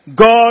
God